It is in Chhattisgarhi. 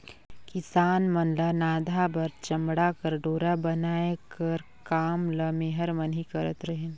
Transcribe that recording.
किसान मन ल नाधा बर चमउा कर डोरा बनाए कर काम ल मेहर मन ही करत रहिन